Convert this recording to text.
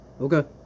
Okay